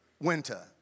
winter